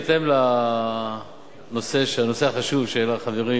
בהתאם לנושא החשוב שהעלה חברי,